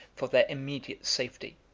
for their immediate safety.